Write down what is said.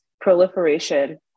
proliferation